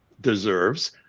deserves